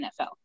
NFL